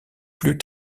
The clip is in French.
plus